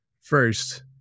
first